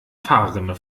fahrrinne